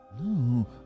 No